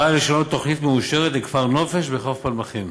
הבאה לשנות תוכנית מאושרת בכפר נופש בחוף פלמחים.